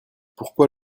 pourquoi